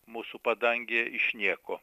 mūsų padangėje iš nieko